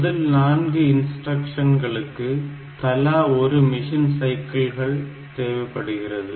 முதல் நான்கு இன்ஸ்டிரக்ஷன்களுக்கு தலா ஒரு மிஷின்சைக்கிள் தேவைப்படுகிறது